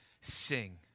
sing